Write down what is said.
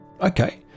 okay